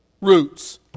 Roots